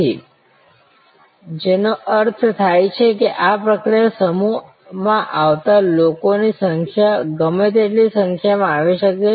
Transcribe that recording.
તેથી જેનો અર્થ થાય છે કે આ પ્રક્રિયા સમૂહ માં આવતા લોકોની સંખ્યા ગમે તેટલી સંખ્યામાં આવી શકે